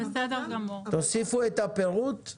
תוסיפו את הפירוט.